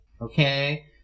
Okay